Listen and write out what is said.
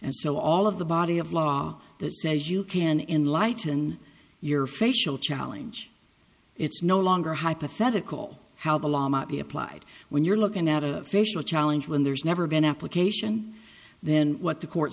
and so all of the body of law that says you can enlighten your facial challenge it's no longer hypothetical how the law might be applied when you're looking at a facial challenge when there's never been application then what the court